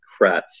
Kratz